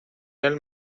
del